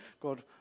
god